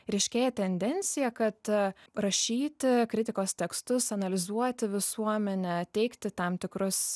ryškėja tendencija kad rašyti kritikos tekstus analizuoti visuomenę teikti tam tikrus